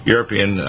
European